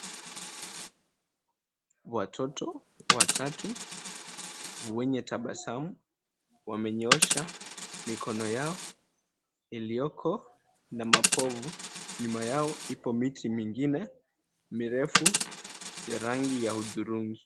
Watoto watatu wenye tabasamu wamenyosha mikono yao Iliyoko na mapovu. Nyuma yao ipo miti mingine mirefu ya rangi ya uthurungi.